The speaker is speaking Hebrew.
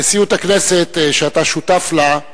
נשיאות הכנסת, שאתה שותף לה,